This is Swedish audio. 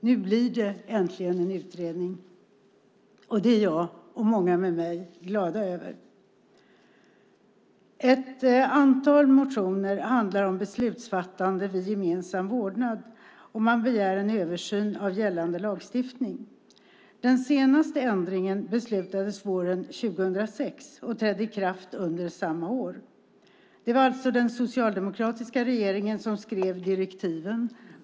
Nu blir det äntligen en utredning, och det är jag och många med mig glada över. Ett antal motioner handlar om beslutsfattande vid gemensam vårdnad. Man begär en översyn av gällande lagstiftning. Den senaste ändringen beslutades våren 2006 och trädde i kraft under samma år. Det var alltså den socialdemokratiska regeringen som skrev direktiven.